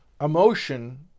emotion